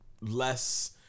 Less